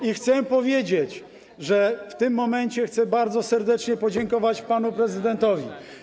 I chcę powiedzieć, że w tym momencie chcę bardzo serdecznie podziękować panu prezydentowi.